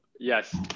Yes